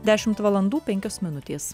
dešimt valandų penkios minutės